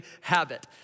habit